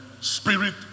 spirit